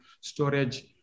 storage